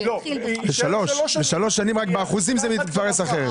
לשלוש שנים, רק באחוזים זה מתפרש אחרת.